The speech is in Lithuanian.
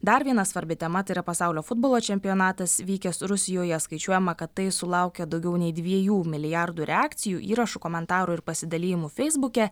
dar viena svarbi tema tai yra pasaulio futbolo čempionatas vykęs rusijoje skaičiuojama kad tai sulaukė daugiau nei dviejų milijardų reakcijų įrašų komentarų ir pasidalijimų feisbuke